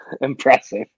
Impressive